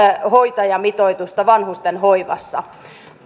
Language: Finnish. hoitajamitoitusta vanhustenhoivassa